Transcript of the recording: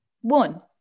one